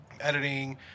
editing